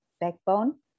backbone